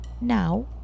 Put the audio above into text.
Now